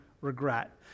regret